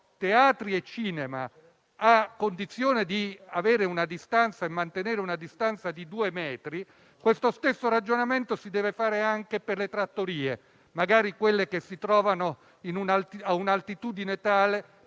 teatri e cinema a condizione di mantenere una distanza di due metri, questo stesso ragionamento si deve fare anche per le trattorie, magari quelle che si trovano a un'altitudine tale